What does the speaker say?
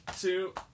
two